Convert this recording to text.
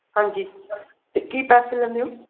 ਹਾਂਜੀ ਅਤੇ ਕੀ ਪੈਸੇ ਲੈਂਦੇ ਹੋ